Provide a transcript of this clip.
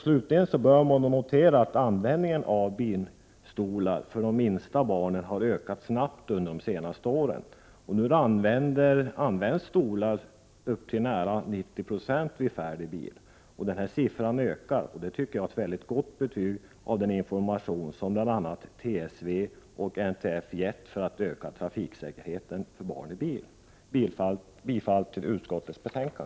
Slutligen bör noteras att användningen av bilstolar för de minsta barnen har ökat snabbt under de senaste åren. Nu används stolar till nära 90 96 vid färd i bil, och den siffran stiger. Det tycker jag är ett gott betyg på den information som bl.a. TSV och NTF gett för att öka trafiksäkerheten för barnen i våra bilar. Jag yrkar bifall till utskottets hemställan.